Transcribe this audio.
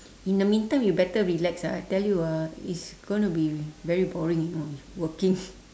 in the meantime you better relax ah I tell you ah it's gonna be very boring you know working